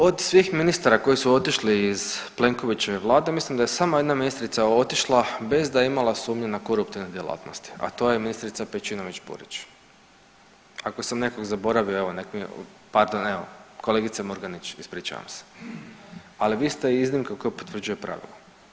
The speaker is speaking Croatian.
Od svih ministara koji su otišli iz Plenkovićeve vlade mislim da je samo jedna ministrica otišla bez da je imala sumnju na koruptivne djelatnosti, a to je ministrica Pejčinović Burić, ako sam nekog zaboravio, evo nek mi, pardon kolegice Murganić ispričavam se, ali vi ste iznimka koja potvrđuje pravilo.